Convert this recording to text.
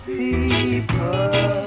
people